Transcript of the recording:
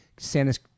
Santa's